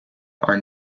are